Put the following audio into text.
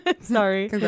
Sorry